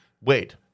Wait